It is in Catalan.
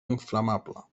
inflamable